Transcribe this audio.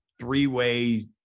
three-way